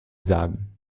sagen